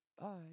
bye